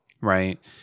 right